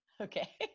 okay